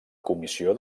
comissió